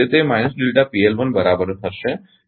તેથી તે હશે તે બરાબર બનશે